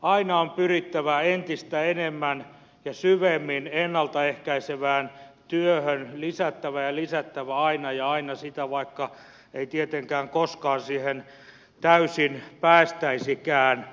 aina on pyrittävä entistä enemmän ja syvemmin ennalta ehkäisevään työhön lisättävä ja lisättävä aina sitä vaikka ei tietenkään koskaan siihen täysin päästäisikään